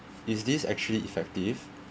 is this actually effective